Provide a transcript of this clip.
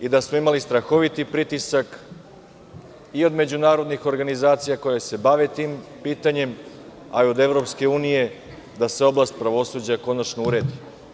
Imali smo strahoviti pritisak i od međunarodnih organizacija koje bave tim pitanjem, a i od EU, da se oblast pravosuđa konačno uredi.